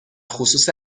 خصوص